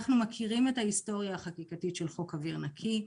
אנחנו מכירים את ההיסטוריה החקיקתית של חוק אוויר נקי,